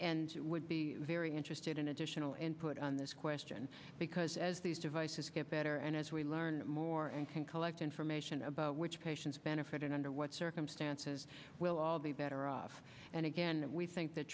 and it would be very interested in additional input on this question because as these devices get better and as we learn more and collect information about which patients benefit and under what circumstances we'll all be better off and again we think that